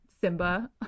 Simba